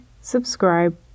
subscribe